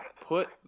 put